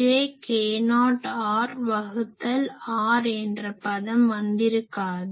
jk0r வகுத்தல் r என்ற பதம் வந்திருக்காது